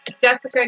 jessica